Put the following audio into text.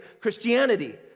Christianity